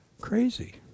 Crazy